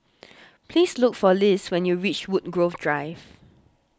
please look for Liz when you reach Woodgrove Drive